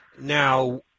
Now